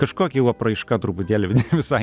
kažkokia jau apraiška truputėlį visai